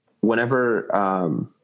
whenever